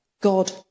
God